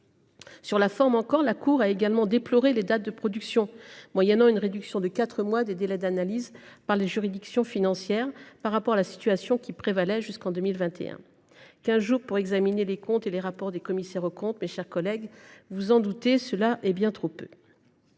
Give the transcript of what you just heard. Sur la forme, la Cour a également déploré les dates de production, moyennant une réduction de quatre moins des délais d’analyse par les juridictions financières par rapport à la situation qui prévalait jusqu’en 2021. Quinze jours pour examiner les comptes et les rapports des commissaires aux comptes, mes chers collègues, vous vous en doutez, c’est bien trop peu.